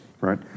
Right